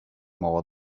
more